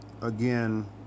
again